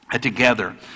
together